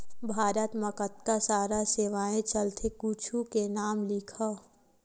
भारत मा कतका सारा सेवाएं चलथे कुछु के नाम लिखव?